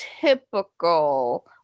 typical